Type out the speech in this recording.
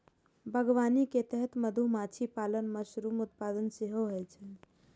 बागवानी के तहत मधुमाछी पालन, मशरूम उत्पादन सेहो होइ छै